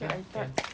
then I thought